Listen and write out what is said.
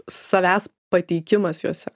savęs pateikimas juose